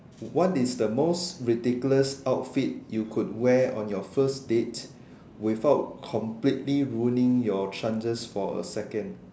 what is the most ridiculous outfit you could wear on your first date without completely ruining your chances for a second